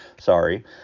Sorry